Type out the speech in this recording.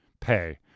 pay